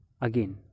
again